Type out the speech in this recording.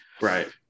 right